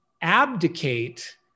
abdicate